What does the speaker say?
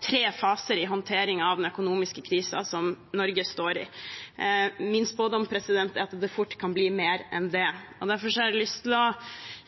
tre faser i håndteringen av den økonomiske krisen som Norge står i. Min spådom er at det fort kan bli flere enn det. Derfor har jeg lyst til å